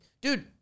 Dude